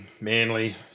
Manly